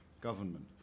government